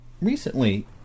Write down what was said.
recently